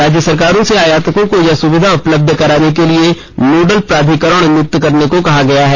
राज्य सरकारों से आयातकों को यह सुविधा उपलब्ध कराने के लिए नोडल प्राधिकरण नियुक्त कराने को कहा गया है